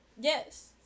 Yes